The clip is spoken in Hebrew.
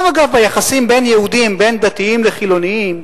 גם, אגב, ביחסים בין יהודים, בין דתיים לחילונים,